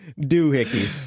doohickey